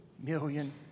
million